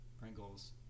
Pringles